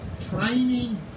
training